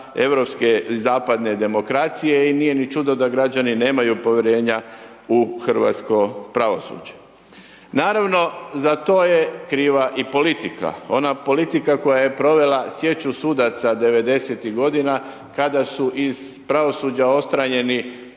europske zapadne demokracije i nije ni čudo da građani nemaju povjerenja u hrvatsko pravosuđe. Naravno, za to je kriva i politika, ona politika koja je provela sječu sudaca 90.-tih godina kada su iz pravosuđa odstranjeni